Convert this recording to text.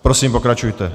Prosím, pokračujte.